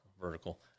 Vertical